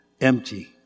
empty